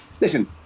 Listen